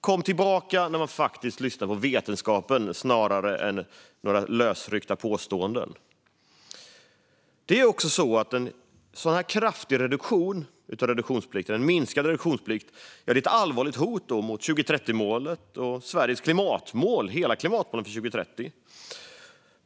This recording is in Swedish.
Kom tillbaka när ni faktiskt lyssnar på vetenskapen snarare än några lösryckta påståenden! Det är också så att en så kraftig minskning av reduktionsplikten - en minskad reduktionsplikt - är ett allvarligt hot mot 2030-målet och mot Sveriges klimatmål för 2030.